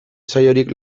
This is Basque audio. saiorik